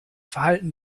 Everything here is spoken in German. verhalten